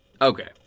Okay